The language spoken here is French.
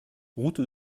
route